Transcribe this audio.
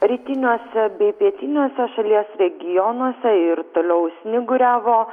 rytiniuose bei pietiniuose šalies regionuose ir toliau snyguriavo